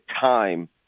time